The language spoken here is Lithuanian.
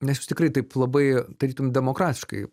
nes jūs tikrai taip labai tarytum demokratiškai